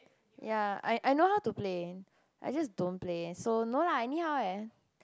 ya I I know how to Play I just don't play so no lah anyhow leh